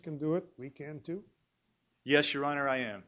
can do it we can do yes your honor i